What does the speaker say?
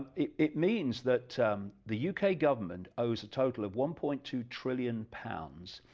it it means that the yeah uk ah government owes a total of one point two trillion pounds,